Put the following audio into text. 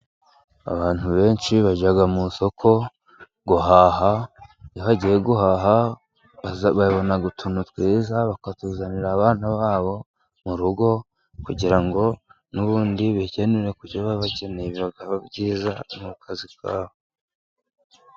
Abantu benshi bajya mu isoko guhaha. Iyo bagiye guhaha, babona utuntu twiza, bakatuzanira abana babo mu rugo, kugira ngo n'ubundi bikenere kubyo baba bakeneye. Bikaba ari byiza mu kazi kabo.